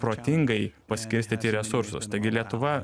protingai paskirstyti resursus taigi lietuva